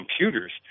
computers